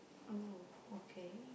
oh okay